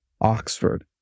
Oxford